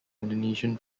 indonesian